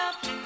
up